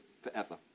forever